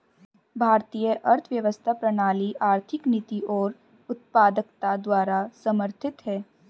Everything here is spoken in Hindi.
भारतीय अर्थव्यवस्था प्रणाली आर्थिक नीति और उत्पादकता द्वारा समर्थित हैं